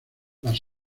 las